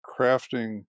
crafting